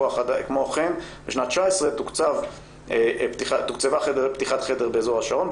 כמו כן בשנת 2019 תוקצבה פתיחת חדר באזור השרון,